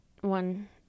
One